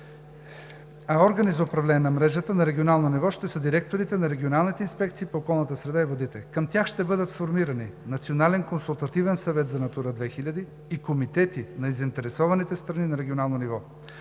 а органи за управление на мрежата на регионално ниво ще са директорите на регионалните инспекции по околната среда и водите. Към тях ще бъдат сформирани Национален консултативен съвет за „Натура 2000“ и комитети на заинтересованите страни на регионално ниво.